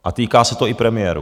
A týká se to i premiérů.